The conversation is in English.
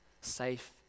safe